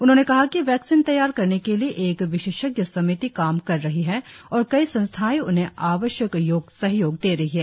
उन्होंने कहा कि वैक्सीन तैयार करने के लिए एक विशेषज्ञ समिति काम कर रही है और कई संस्थाएं उन्हें आवश्यक सहयोग दे रही हैं